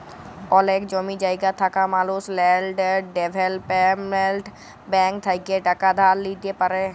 অলেক জমি জায়গা থাকা মালুস ল্যাল্ড ডেভেলপ্মেল্ট ব্যাংক থ্যাইকে টাকা ধার লিইতে পারি